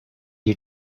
you